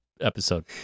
episode